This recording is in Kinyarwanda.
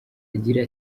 agira